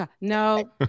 no